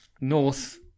North